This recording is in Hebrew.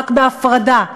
רק בהפרדה,